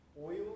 Oil